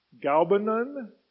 galbanon